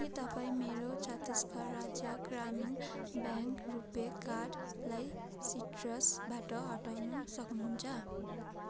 के तपाईँ मेरो छत्तिसगढ राज्य ग्रामीण ब्याङ्क रुपे कार्डलाई सिट्रसबाट हटाउनु सक्नुहुन्छ